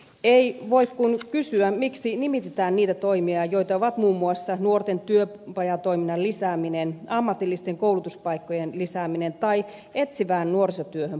ei voi kuin kysyä miksi nimitetään niitä toimia joita ovat muun muassa nuorten työpajatoiminnan lisääminen ammatillisten koulutuspaikkojen lisääminen tai etsivään nuorisotyöhön panostaminen